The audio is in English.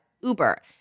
Uber